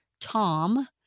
Tom